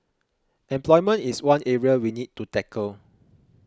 employment is one area we need to tackle